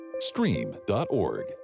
Stream.org